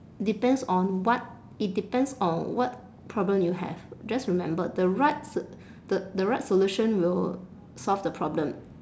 depends on what it depends on what problem you have just remember the right so~ the the right solution will solve the problem